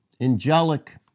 angelic